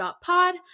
pod